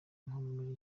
muri